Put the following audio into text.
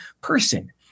person